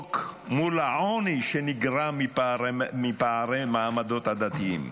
לשתוק מול העוני שנגרע מפערי מעמדות עדתיים.